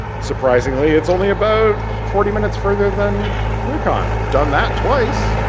surprisingly it's only about forty minutes further than shmoocon. done that twice.